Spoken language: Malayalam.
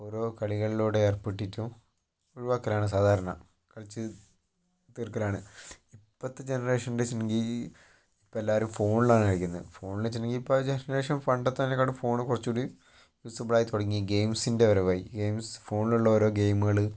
ഓരോ കളികളിലൂടെ ഏർപ്പെട്ടിട്ടും ഒഴുവാക്കലാണ് സാധാരണ കളിച്ച് തീർക്കലാണ് ഇപ്പോഴത്തെ ജനറേഷൻ്റെ എന്ന് വെച്ചിട്ടുണ്ടെങ്കിൽ ഇപ്പോൾ എല്ലാവരും ഫോണിലാണ് കളിക്കുന്നത് ഫോണിൽ എന്ന് വെച്ചിട്ടുണ്ടെങ്കിൽ ഇപ്പം ഏകദേശം പണ്ടത്തതിനെ കാട്ടിലും ഫോൺ കുറച്ചും കൂടി യൂസബിൾ ആയി തുടങ്ങി ഗെയിമ്സിൻ്റെ വരവായി ഗെയിംസ് ഫോണിലുള്ള ഓരോ ഗെയിമുകൾ